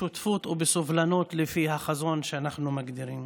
בשותפות ובסובלנות לפי החזון שאנחנו מגדירים.